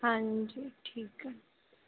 ਹਾਂਜੀ ਠੀਕ ਹੈ